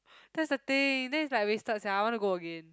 that's the thing then it's like wasted sia I want to go again